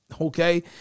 Okay